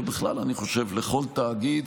ובכלל אני חושב לכל תאגיד,